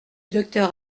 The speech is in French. docteur